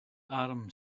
arm